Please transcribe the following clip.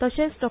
तशेंच डॉ